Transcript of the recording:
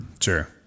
Sure